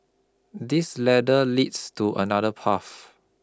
this ladder leads to another path